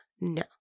no